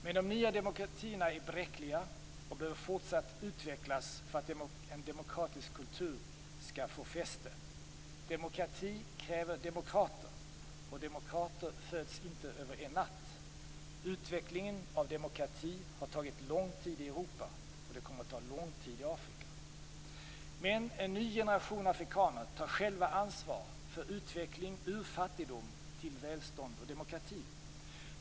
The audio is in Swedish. Men de nya demokratierna är bräckliga och behöver fortsätta att utvecklas för att en demokratisk kultur skall få fäste. Demokrati kräver demokrater, och demokrater föds inte över en natt. Utvecklingen av demokrati har tagit lång tid i Europa, och det kommer att ta lång tid i Afrika. En ny generation afrikaner tar själva ansvar för utvecklingen ur fattigdom till välstånd och demokrati.